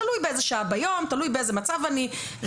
תלוי באיזה שעה ביום, תלוי באיזה מצב אני רעבה,